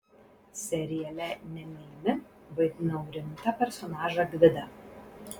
seriale nemylimi vaidinau rimtą personažą gvidą